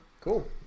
Cool